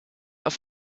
auf